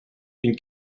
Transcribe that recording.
une